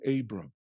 Abram